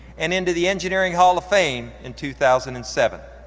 and entered the engineering hall of fame in two thousand and seven.